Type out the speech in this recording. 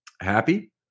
happy